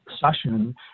session